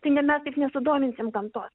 tai ne mes taip nesudominsim gamtos